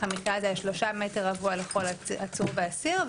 המחיה הזה על שלושה מטר רבוע לכל עצור ואסיר,